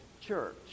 church